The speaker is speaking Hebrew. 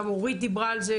גם אורית דיברה על זה,